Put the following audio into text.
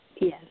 Yes